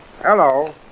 Hello